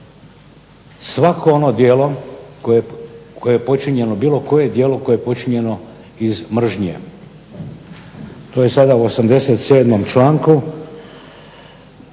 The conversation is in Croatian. kazneno djelo svako ono djelo, bilo koje djelo koje je počinjeno iz mržnje. To je sada u 87. članku